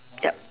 yup